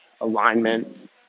alignment